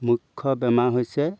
মুখ্য বেমাৰ হৈছে